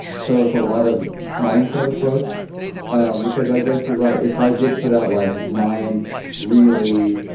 so it's a lot of mindset approach and because i guess you're right, if i did put out like nine really